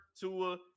Tua